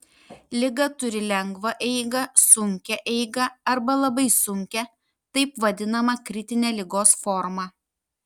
liga turi lengvą eigą sunkią eigą arba labai sunkią taip vadinamą kritinę ligos formą